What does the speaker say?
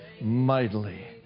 mightily